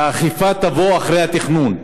שהאכיפה תבוא אחרי התכנון,